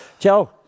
Joe